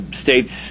states